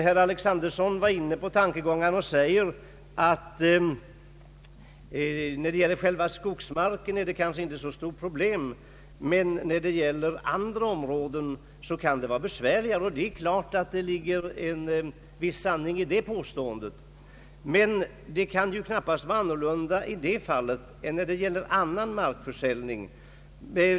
Herr Alexanderson säger att det kanske inte är ett så stort problem när det gäller skogsmark, men att det kan vara besvärligare för andra områden. Det är klart att det ligger en viss sanning i det påståendet. Men det kan knappast vara annorlunda vid annan markförsäljning.